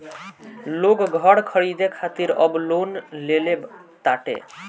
लोग घर खरीदे खातिर अब लोन लेले ताटे